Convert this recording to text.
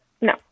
No